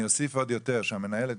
המנהלת,